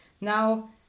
Now